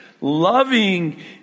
loving